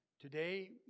Today